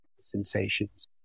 sensations